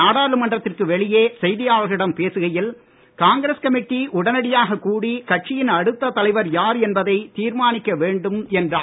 நாடாளுமன்றத்திற்கு வெளியே செய்தியாளர்களிடம் முன்னதாக பேசுகையில் காங்கிரஸ் கமிட்டி உடனடியாக கூடி கட்சியின் அடுத்த தலைவர் யார் என்பதை தீர்மானிக்க வேண்டும் என்றார்